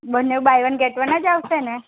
બંને buy one get one જ આવસે ને